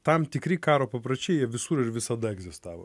tam tikri karo papročiai jie visur ir visada egzistavo